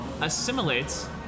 assimilates